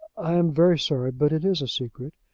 i am very sorry but it is a secret.